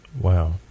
Wow